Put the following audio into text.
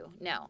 No